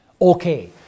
Okay